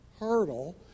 hurdle